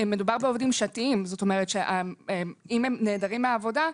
מדובר בעובדים שעתיים שאם הם נעדרים מהעבודה,